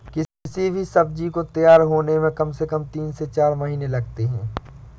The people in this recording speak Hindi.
किसी भी सब्जी को तैयार होने में कम से कम तीन से चार महीने लगते हैं